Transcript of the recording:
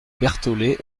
bertholet